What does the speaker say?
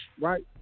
right